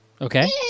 Okay